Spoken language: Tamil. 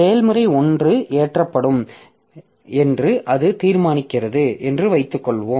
செயல்முறை 1 ஏற்றப்படும் என்று அது தீர்மானிக்கிறது என்று வைத்துக்கொள்வோம்